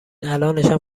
الانشم